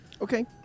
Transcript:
Okay